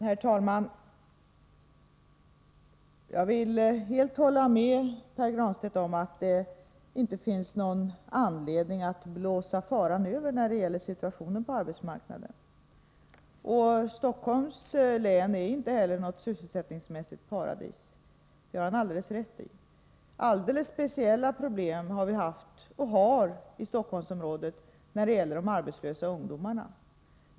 Herr talman! Jag håller helt med Pär Granstedt om att det inte finns någon anledning att blåsa ”faran över” när det gäller situationen på arbetsmarknaden. Stockholms län är inte alls något sysselsättningsmässigt paradis. Det har Pär Granstedt alldeles rätt i. Alldeles speciella problem har vi haft och har vi i Stockholmsområdet när det gäller de arbetslösa ungdomarna.